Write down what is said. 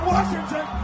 Washington